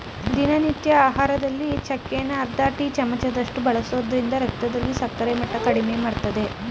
ದಿನನಿತ್ಯ ಆಹಾರದಲ್ಲಿ ಚಕ್ಕೆನ ಅರ್ಧ ಟೀ ಚಮಚದಷ್ಟು ಬಳಸೋದ್ರಿಂದ ರಕ್ತದಲ್ಲಿ ಸಕ್ಕರೆ ಮಟ್ಟ ಕಡಿಮೆಮಾಡ್ತದೆ